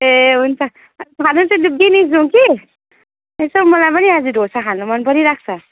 ए हुन्छ खानु चाहिँ त्यो बिनित जाऔँ कि यसो मलाई पनि आज ढोसा खानु मन परिरहेको छ